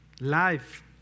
life